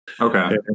Okay